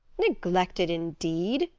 neglected, indeed!